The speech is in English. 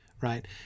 right